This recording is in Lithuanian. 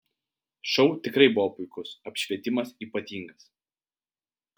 šou tikrai buvo puikus apšvietimas ypatingas